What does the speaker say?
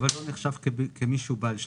אבל לא נחשב כמי שהוא בעל שליטה.